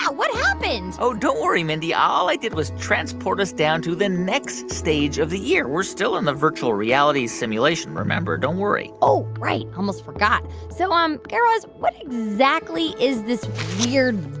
what happened? oh, don't worry, mindy. all i did was transport us down to the next stage of the ear. we're still in the virtual reality simulation, remember? don't worry oh, right, almost forgot. so, um guy raz, what exactly is this weird,